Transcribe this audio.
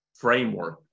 framework